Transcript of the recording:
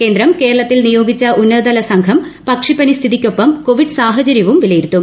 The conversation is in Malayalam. കേന്ദ്രം കേരളത്തിൽ നിയോഗിച്ചു ഉന്നതതലു സംഘം പക്ഷിപ്പനി സ്ഥിതിക്കൊപ്പം കോവിഡ് സാഹചര്യവും ് വിലയിരുത്തും